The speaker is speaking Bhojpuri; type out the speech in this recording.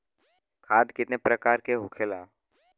खाद कितने प्रकार के होखेला?